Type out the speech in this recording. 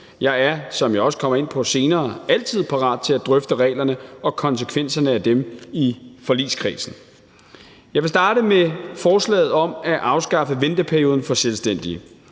jeg er, som jeg også kommer ind på senere, altid parat til at drøfte reglerne og konsekvenserne af dem i forligskredsen. Jeg vil starte med forslaget om at afskaffe venteperioden for selvstændige,